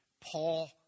Paul